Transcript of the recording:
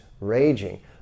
raging